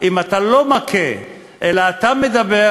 אם אתה לא מכה אלא אתה מדבר,